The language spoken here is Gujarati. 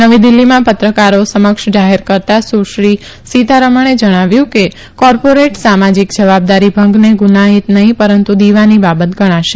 નવી દિલ્હીમાં પત્રકારો સમક્ષ જાહેરાત કરતાં સુશ્રી સીતારમણે જણાવ્યું કે કોર્પોરેટ સામાજિક જવાબદારી ભંગને ગુનાઇત નહીં પરંતુ દીવાની બાબત ગણાશે